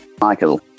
Michael